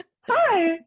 hi